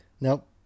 Nope